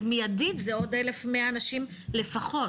אז מיידית זה עוד 1100 אנשים לפחות,